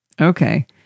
Okay